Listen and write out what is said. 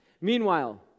Meanwhile